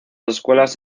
escuelas